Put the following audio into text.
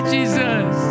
Jesus